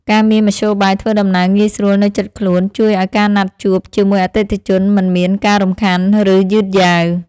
ការមានមធ្យោបាយធ្វើដំណើរងាយស្រួលនៅជិតខ្លួនជួយឱ្យការណាត់ជួបជាមួយអតិថិជនមិនមានការរំខានឬយឺតយ៉ាវ។